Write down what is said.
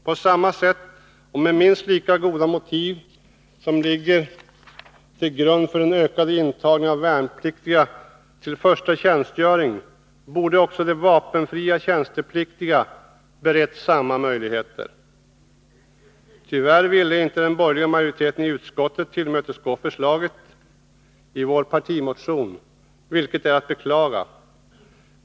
På samma sätt och med minst lika goda motiv som de som ligger till grund för den ökade intagningen av värnpliktiga till första tjänstgöring borde också de vapenfria tjänstepliktiga ha beretts samma möjlighet. Tyvärr ville inte den borgerliga majoriteten i utskottet tillmötesgå förslaget i vår partimotion, vilket är att beklaga.